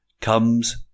comes